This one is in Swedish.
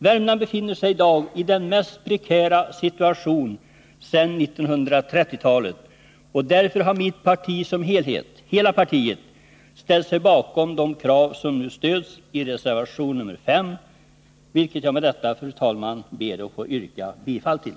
Värmland befinner sig i dagi den mest prekära situationen sedan 1930-talet, och därför har hela mitt parti ställt sig bakom kraven i reservation 5, vilken jag med detta, fru talman, ber att få yrka bifall till.